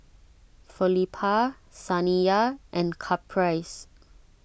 Felipa Saniyah and Caprice